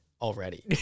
already